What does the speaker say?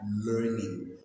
learning